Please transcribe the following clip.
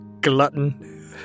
glutton